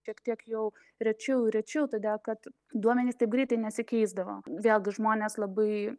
šiek tiek jau rečiau ir rečiau todėl kad duomenys taip greitai nesikeisdavo vėlgi žmonės labai